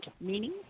meaning